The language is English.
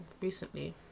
recently